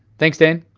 thanks, dane.